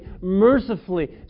mercifully